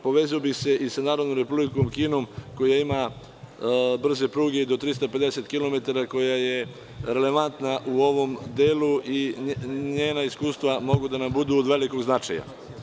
Povezao bih se i sa Narodnom Republikom Kinom koja ima brze pruge i do 350 kilometara koja je relevantna u ovom delu i njena iskustva mogu da nam budu od velikog značaja.